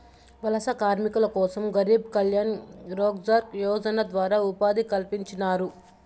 వలస కార్మికుల కోసం గరీబ్ కళ్యాణ్ రోజ్గార్ యోజన ద్వారా ఉపాధి కల్పించినారు